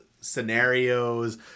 scenarios